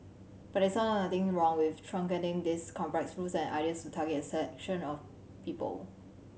but they saw nothing wrong with truncating these complex rules and ideas to target a section of people